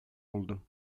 oldu